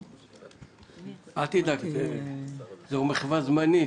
אל תדאג, זו מחווה זמנית,